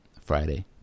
Friday